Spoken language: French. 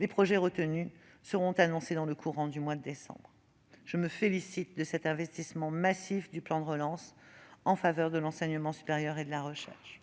Les projets retenus seront présentés dans le courant du mois de décembre. Je me félicite de cet investissement massif du plan de relance en faveur de l'enseignement supérieur et de la recherche.